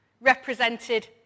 represented